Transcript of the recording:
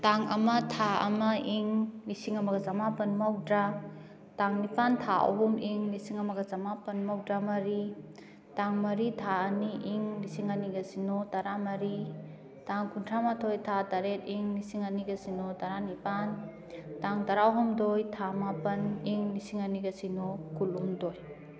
ꯇꯥꯡ ꯑꯃ ꯊꯥ ꯑꯃ ꯏꯪ ꯂꯤꯁꯤꯡ ꯑꯃꯒ ꯆꯃꯥꯄꯜ ꯃꯧꯗ꯭ꯔꯥ ꯇꯥꯡ ꯅꯤꯄꯥꯜ ꯊꯥ ꯑꯍꯨꯝ ꯏꯪ ꯂꯤꯁꯤꯡ ꯑꯃꯒ ꯆꯃꯥꯄꯜ ꯃꯧꯗ꯭ꯔꯥ ꯃꯔꯤ ꯇꯥꯡ ꯃꯔꯤ ꯊꯥ ꯑꯅꯤ ꯏꯪ ꯂꯤꯁꯤꯡ ꯑꯅꯤꯒ ꯁꯤꯅꯣ ꯇꯔꯥꯃꯔꯤ ꯇꯥꯡ ꯀꯨꯟꯊ꯭ꯔꯥꯃꯥꯊꯣꯏ ꯊꯥ ꯇꯔꯦꯠ ꯏꯪ ꯂꯤꯁꯤꯡ ꯑꯅꯤꯒ ꯁꯤꯅꯣ ꯇꯔꯥꯅꯤꯄꯥꯜ ꯇꯥꯡ ꯇꯔꯥ ꯍꯨꯝꯗꯣꯏ ꯊꯥ ꯃꯥꯄꯜ ꯏꯪ ꯂꯤꯁꯤꯡ ꯑꯅꯤꯒ ꯁꯤꯅꯣ ꯀꯨꯟꯍꯨꯝꯗꯣꯏ